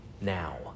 now